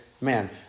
man